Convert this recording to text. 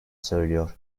söylüyor